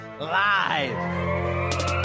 live